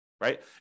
right